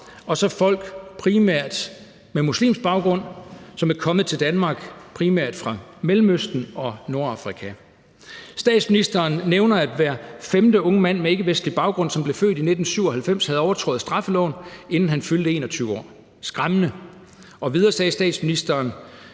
og folk med primært muslimsk baggrund, som er kommet til Danmark primært fra Mellemøsten og Nordafrika. Statsministeren nævner, at hver femte unge mand med ikkevestlig baggrund, som blev født i 1997, havde overtrådt straffeloven, inden han fyldte 21 år. Det er skræmmende. Og videre sagde statsministeren,